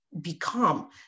become